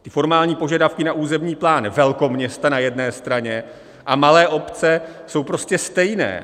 Ty formální požadavky na územní plán velkoměsta na jedné straně a malé obce jsou prostě stejné.